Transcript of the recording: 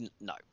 no